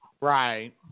Right